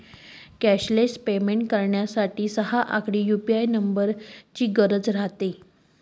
cashless पेमेंटना करता सहा आकडी यु.पी.आय नम्बरनी गरज रहास